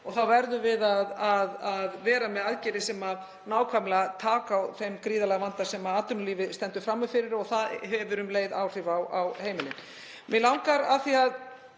og þá verðum við að vera með aðgerðir sem taka nákvæmlega á þeim gríðarlega vanda sem atvinnulífið stendur frammi fyrir. Það hefur um leið áhrif á heimilin.